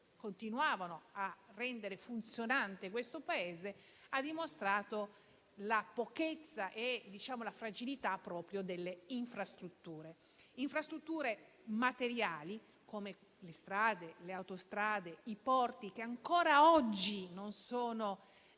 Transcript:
continuavano a rendere funzionante questo Paese, ha dimostrato la pochezza e la fragilità delle infrastrutture. Mi riferisco alle infrastrutture materiali, come le strade, le autostrade e i porti, che ancora oggi non sono